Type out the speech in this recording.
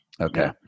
Okay